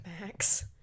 max